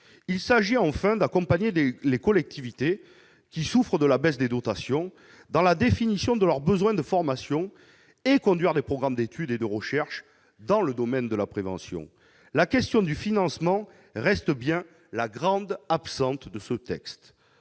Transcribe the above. Il s'agit enfin d'accompagner les collectivités, qui souffrent de la baisse des dotations, dans la définition de leurs besoins de formation, et de conduire des programmes d'études et de recherche dans le domaine de la prévention. La question du financement reste bien la grande absente de ce texte.